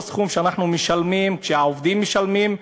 סכום שאנחנו משלמים שהעובדים משלמים,